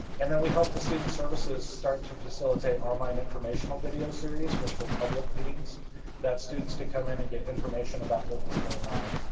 and then we helped the student services start to facilitate online informational video series, which were public meetings that students could come in and get information about what was going on.